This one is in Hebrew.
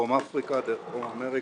מדרום אפריקה דרך דרום אמריקה,